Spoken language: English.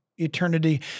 eternity